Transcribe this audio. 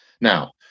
Now